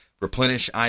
Replenish